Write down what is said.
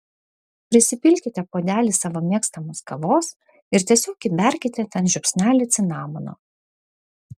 prisipilkite puodelį savo mėgstamos kavos ir tiesiog įberkite ten žiupsnelį cinamono